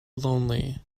lonely